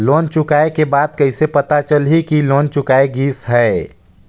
Loan चुकाय के बाद कइसे पता चलही कि लोन चुकाय गिस है?